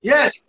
Yes